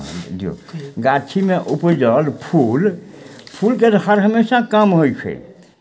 गाछीमे उपजल फूल फूलके तऽ हर हमेशा काम होइ छै